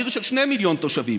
עיר של 2 מיליון תושבים,